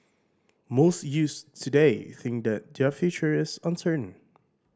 most youths today think that their future is uncertain